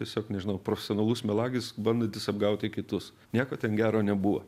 tiesiog nežinau profesionalus melagis bandantis apgauti kitus nieko ten gero nebuvo